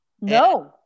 No